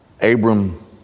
Abram